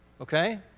okay